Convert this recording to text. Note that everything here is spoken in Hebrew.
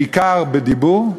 בעיקר בדיבור,